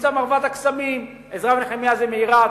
במבצע "מרבד הקסמים" "עזרא ונחמיה" זה מעירק,